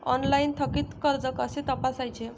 Online थकीत कर्ज कसे तपासायचे?